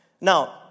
Now